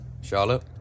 Charlotte